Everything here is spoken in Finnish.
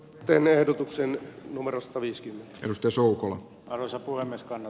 teen ehdotuksen numerosta viski risto suuhun osapuolen meskanen